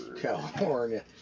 California